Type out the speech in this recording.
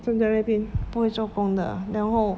放在那边不会做工的然后